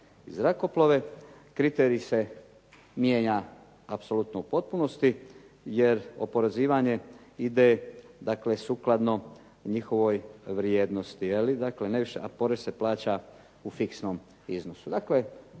zrakoplove kriterij se mijenja apsolutno u potpunosti, jer oporezivanje ide dakle sukladno njihovoj vrijednosti je li dakle, a porez se plaća u fiksnom iznosu.